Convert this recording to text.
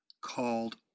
called